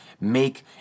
make